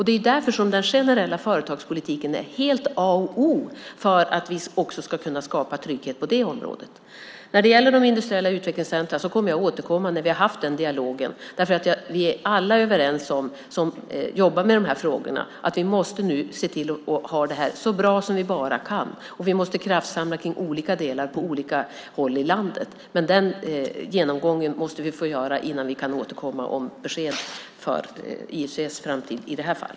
Det är därför som den generella företagspolitiken är helt A och O för att vi också ska kunna skapa trygghet på det området. När det gäller de industriella utvecklingscentrumen kommer jag att återkomma när vi har haft den dialogen. Alla som jobbar med dessa frågor är nämligen överens om att vi nu måste se till att detta ska bli så bra som möjligt. Vi måste kraftsamla kring olika delar på olika håll i landet. Men den genomgången måste vi få göra innan vi kan återkomma med besked om IUC:s framtid i detta fall.